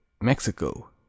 Mexico